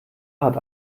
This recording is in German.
hat